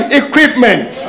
equipment